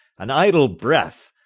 an idle breath,